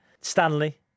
Stanley